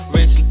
Rich